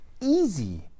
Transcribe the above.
easy